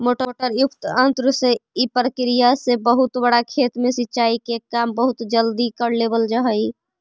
motor युक्त यन्त्र से इ प्रक्रिया से बहुत बड़ा खेत में सिंचाई के काम बहुत जल्दी कर लेवल जा हइ